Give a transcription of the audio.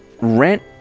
rent